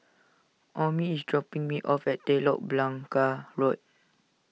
Omie is dropping me off at Telok Blangah Road